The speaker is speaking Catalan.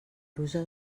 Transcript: brusa